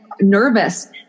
nervous